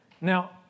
Now